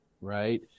Right